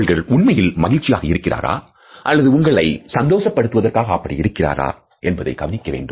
அவர்கள் உண்மையில் மகிழ்ச்சியாக இருக்கிறாரா அல்லது உங்களை சந்தோஷப் படுத்துவதற்காக அப்படி இருக்கிறாரா என்பதை கவனிக்க வேண்டும்